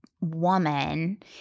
woman